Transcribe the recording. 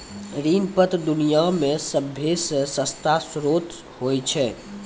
ऋण पत्र दुनिया मे सभ्भे से सस्ता श्रोत होय छै